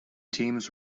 teams